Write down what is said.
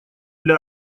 для